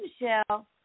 Michelle